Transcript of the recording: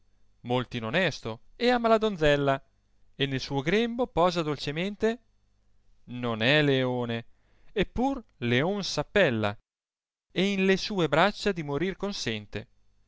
in oriente molto inonesto e ama la donzella e nel suo grembo posa dolcemente non è leone e pur leon s appella e in le sue braccia di morir consente